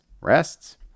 rests